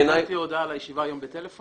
האם אני קיבלתי הודעה על הישיבה היום בטלפון?